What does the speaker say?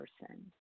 person